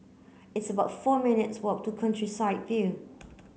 it's about four minutes walk to Countryside View